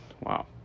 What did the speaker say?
Wow